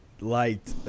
liked